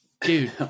dude